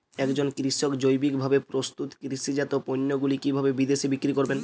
একজন কৃষক জৈবিকভাবে প্রস্তুত কৃষিজাত পণ্যগুলি কিভাবে বিদেশে বিক্রি করবেন?